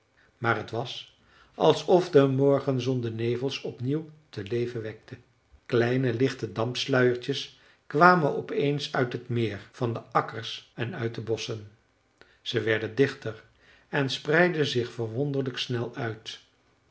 maar t was alsof de morgenzon de nevels opnieuw ten leven wekte kleine lichte dampsluiertjes kwamen opeens uit het meer van de akkers en uit de bosschen ze werden dichter en spreidden zich verwonderlijk snel uit